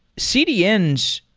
cdns,